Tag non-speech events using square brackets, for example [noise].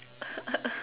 [laughs]